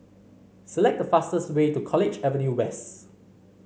select the fastest way to College Avenue West